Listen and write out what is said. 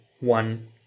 one